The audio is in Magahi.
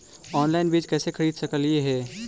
ऑनलाइन बीज कईसे खरीद सकली हे?